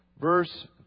Verse